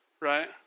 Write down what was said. Right